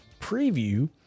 preview